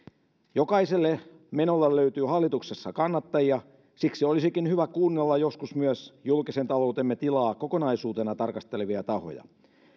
jokaiselle menolle löytyy hallituksessa kannattajia siksi olisikin hyvä kuunnella joskus myös julkisen taloutemme tilaa kokonaisuutena tarkastelevia tahoja